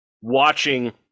watching